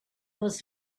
was